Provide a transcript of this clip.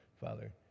Father